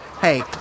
Hey